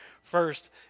First